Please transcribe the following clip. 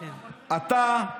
אתה,